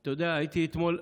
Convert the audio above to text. אתה יודע, הייתי אתמול,